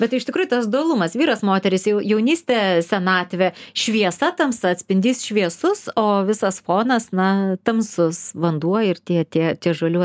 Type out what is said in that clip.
bet iš tikrųjų tas dualumas vyras moteris jau jaunystė senatvė šviesa tamsa atspindys šviesus o visas fonas na tamsus vanduo ir tie tie tie žolių